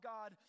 God